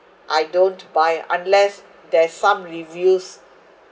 I don't buy unless there's some reviews